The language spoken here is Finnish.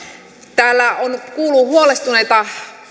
täällä on kuultu huolestuneita